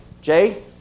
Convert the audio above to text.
Jay